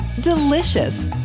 delicious